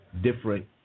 different